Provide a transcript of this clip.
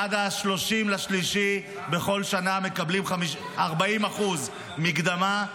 עד 30 במרץ בכל שנה מקבלים 40% מקדמה,